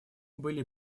были